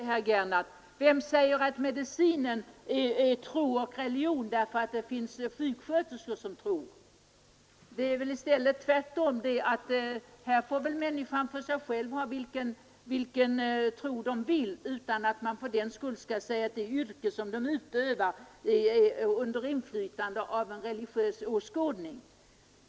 Herr talman! Nej just det, herr Gernandt. Vem säger att medicin är tro och religion därför att det finns sjuksköterskor som tror. Det är i stället tvärtom. Människan får för sig själv ha vilken tro hon vill utan att man fördenskull skall säga att hon utövar sitt yrke under inflytande av religiös åskådning.